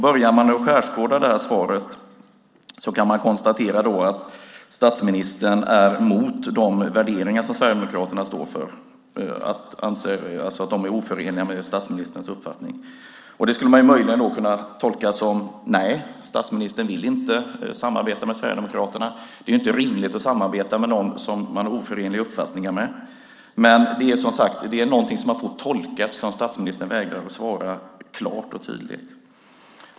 Börjar man skärskåda svaret kan man konstatera att statsministern är emot de värderingar som Sverigedemokraterna står för, alltså att de är oförenliga med statsministerns uppfattning. Det skulle man möjligen kunna tolka som: Nej, statsministern vill inte samarbeta med Sverigedemokraterna. Det är ju inte rimligt att samarbeta med någon som har uppfattningar som är oförenliga med ens egna. Men det är som sagt någonting som man får tolka, eftersom statsministern vägrar att svara klart och tydligt.